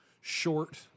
short